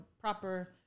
proper